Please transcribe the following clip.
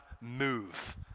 move